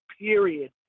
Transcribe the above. period